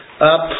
up